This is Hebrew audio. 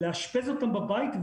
לאשפז אותם בבית,